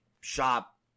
shop